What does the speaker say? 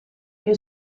più